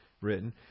written